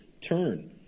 turn